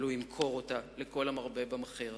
אבל הוא ימכור אותה לכל המרבה במחיר.